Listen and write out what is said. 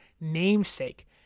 namesake